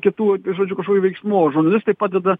kitų žodžiu kažkokių veiksmų o žurnalistai padeda